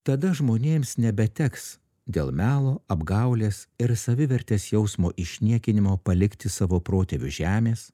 tada žmonėms nebeteks dėl melo apgaulės ir savivertės jausmo išniekinimo palikti savo protėvių žemės